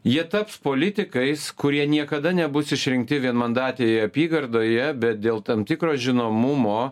jie taps politikais kurie niekada nebus išrinkti vienmandatėje apygardoje bet dėl tam tikro žinomumo